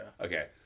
Okay